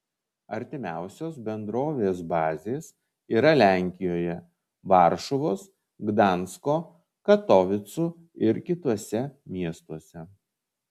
artimiausios bendrovės bazės yra lenkijoje varšuvos gdansko katovicų ir kituose miestuose